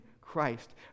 Christ